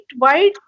statewide